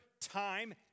time